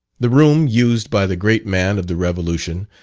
the room used by the great man of the revolution,